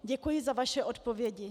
Děkuji za vaše odpovědi.